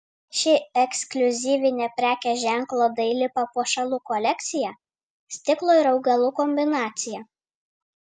ši ekskliuzyvinė prekės ženklo daili papuošalų kolekcija stiklo ir augalų kombinacija